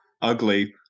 ugly